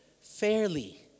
fairly